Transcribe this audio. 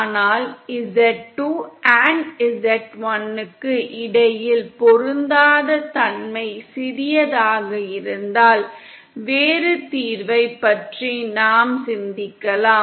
ஆனால் z2 z1 க்கு இடையில் பொருந்தாத தன்மை சிறியதாக இருந்தால் வேறு தீர்வைப் பற்றி நாம் சிந்திக்கலாம்